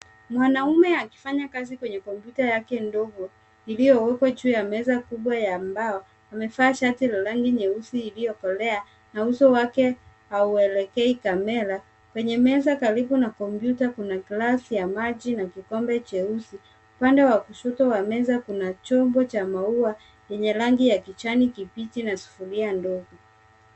Mwanaume akifanya kazi kwenye kompyuta yake ndogo iliyowekwa juu ya meza kubwa ya mbao amevaa shati la rangi nyeusi iliyokolea na uso wake hauelekei kamera. Kwenye meza karibu na kompyuta kuna glasi ya maji na kikombe cheusi. Upande wa kushoto wa meza kuna chombo cha maua yenye rangi ya kijani kibichi na sufuria ndogo.